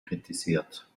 kritisiert